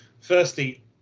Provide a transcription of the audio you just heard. firstly